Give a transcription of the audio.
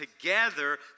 together